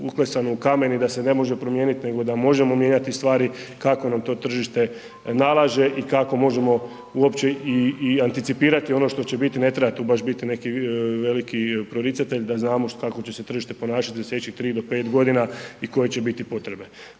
uklesano u kamen i da se ne može promijeniti nego da možemo mijenjati stvari kako nam to tržište nalaže i kako možemo uopće i anticipirati ono što će biti ne treba tu baš biti neki veliki proricatelj da znamo kako će se tržište ponašati u sljedećih 3-5 godina i koje će biti potrebe.